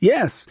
Yes